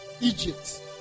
egypt